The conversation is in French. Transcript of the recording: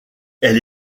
elle